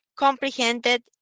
Comprehended